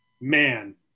Man